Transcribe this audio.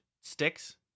sticks